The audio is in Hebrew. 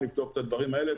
נבדוק את הדברים האלה.